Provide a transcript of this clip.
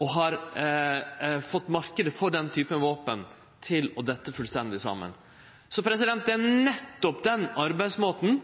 og har fått marknaden for den typen våpen til å falle fullstendig saman. Så det er nettopp den arbeidsmåten